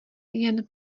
jen